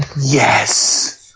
Yes